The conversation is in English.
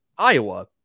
Iowa